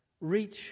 reach